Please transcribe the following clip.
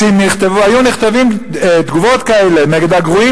שאם היו נכתבות תגובות כאלה נגד הגרועים